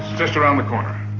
just around the corner.